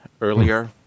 earlier